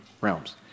realms